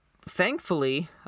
thankfully